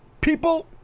People